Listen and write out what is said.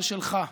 זה שלך,